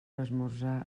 esmorzar